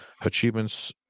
achievements